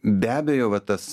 be abejo va tas